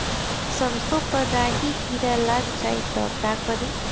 सरसो पर राही किरा लाग जाई त का करी?